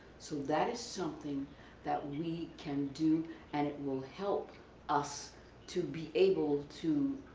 so that is something that we can do and it will help us to be able to